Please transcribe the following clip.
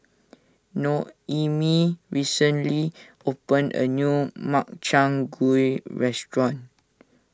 Noemie recently opened a new Makchang Gui Restaurant